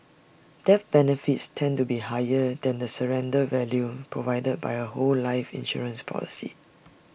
death benefits tend to be higher than the surrender value provided by A whole life insurance policy